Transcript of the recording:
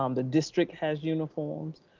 um the district has uniforms,